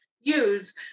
use